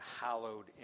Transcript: hallowed